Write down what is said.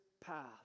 path